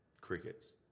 crickets